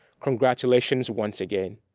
congratulations once again.